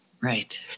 Right